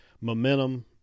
momentum